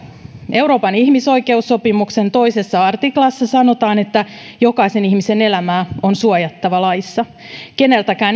euroopan ihmisoikeussopimuksen toisessa artiklassa sanotaan että jokaisen ihmisen elämää on suojattava laissa keneltäkään